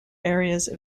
areas